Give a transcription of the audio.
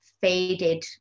faded